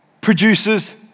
produces